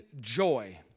joy